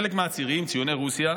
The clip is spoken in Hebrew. חלק מן הצירים, ציוני רוסיה,